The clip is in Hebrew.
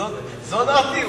זו דעתי.